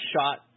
shot